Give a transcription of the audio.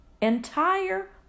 entire